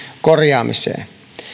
korjaamiseen